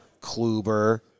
Kluber